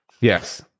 Yes